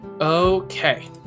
Okay